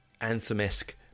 anthem-esque